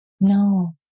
No